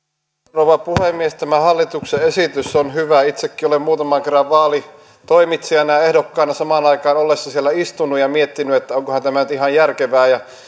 rouva puhemies tämä hallituksen esitys on hyvä itsekin olen muutaman kerran vaalitoimitsijana ja ehdokkaana samaan aikaan ollessa siellä istunut ja miettinyt että onkohan tämä nyt ihan järkevää ja